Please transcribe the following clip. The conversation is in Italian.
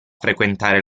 frequentare